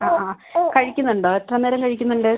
ആ ആ കഴിക്കുന്നുണ്ടോ എത്ര നേരം കഴിക്കുന്നുണ്ട്